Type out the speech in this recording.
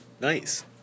Nice